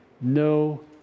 no